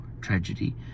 tragedy